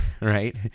right